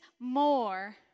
more